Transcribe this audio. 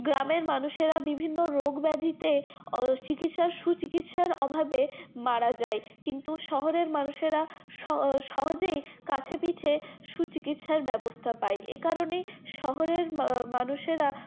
গ্রামের মানুষেরা বিভিন্ন রোগব্যাধিতে চিকিৎসা সুচিকিৎসার অভাবে মারা যায় কিন্তু শহরের মানুষেরা সহজেই কাছে পিঠে সুচিকিৎসার ব্যবস্থা পায় এ কারণেই শহরের মানুষেরা